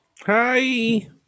Hi